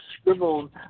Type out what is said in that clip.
scribbled